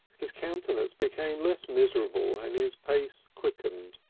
his countenance became less miserable and his pace quickened.